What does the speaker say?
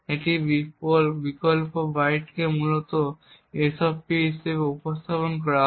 এবং বিকল্প বাইটকে মূলত SP হিসাবে উপস্থাপন করা হয়